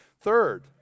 Third